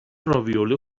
راویولی